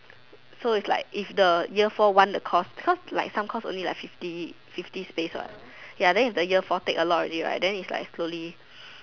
so it's like if the year four want the course because like some course only fifty fifty space what ya then if the year four take a lot already right then it's like slowly